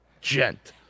Gent